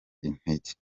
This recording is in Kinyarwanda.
intege